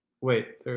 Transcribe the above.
Wait